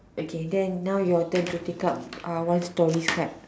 okay then now your turn to take up uh one story slide